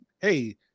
hey